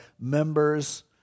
members